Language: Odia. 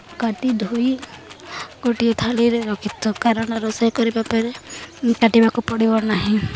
କାଟି ଧୋଇ ଗୋଟିଏ ଥାଳିରେ ରଖିଥାଉ କାରଣ ରୋଷେଇ କରିବା ପରେ କାଟିବାକୁ ପଡ଼ିବ ନାହିଁ